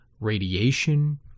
radiation